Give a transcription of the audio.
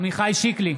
עמיחי שיקלי,